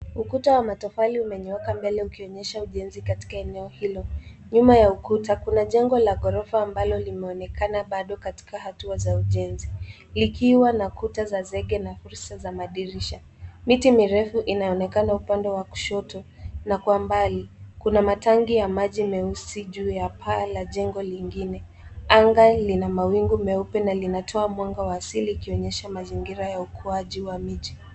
Ukuta wa matofali umenyooka mbele ukionyesha ujenzi katika eneo hilo, nyuma ya ukuta kuna jengo la ghorofa ambalo limeonekana bado katika hatua za ujenzi, likiwa na kuta za zege na fursa za madirisha. Miti mirefu inayoonekana upande wa kushoto, na kwa mbali kuna matangi ya maji meusi juu ya paa la jengo lingine. Anga lina mawingu meupe na linatoa mwanga wa asili ikionyesha mazingira ya ukuaji wa miji.